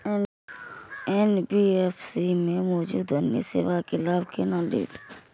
NBFC में मौजूद अन्य सेवा के लाभ केना लैब?